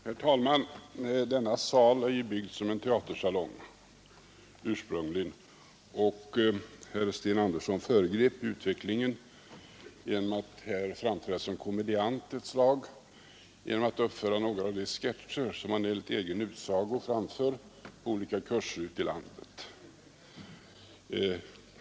Herr talman! Denna sal är ju ursprungligen byggd som en teatersalong, och herr Sten Andersson i Stockholm föregrep utvecklingen genom att här framträda som komediant ett slag och uppföra några av de sketcher som han enligt egen utsago framför på olika kurser ute i landet.